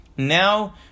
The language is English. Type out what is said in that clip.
Now